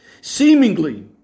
Seemingly